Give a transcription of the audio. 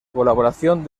colaboración